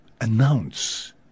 announce